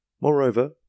moreover